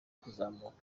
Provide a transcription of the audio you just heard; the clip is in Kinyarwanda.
kuzamuka